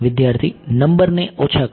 વિદ્યાર્થી નંબરને ઓછા કરવા